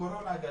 הקורונה הגדול.